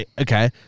Okay